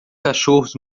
cachorros